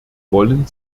wollen